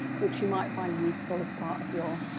which you might find useful as part of your